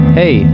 hey